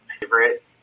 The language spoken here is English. favorite